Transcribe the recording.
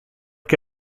que